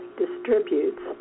distributes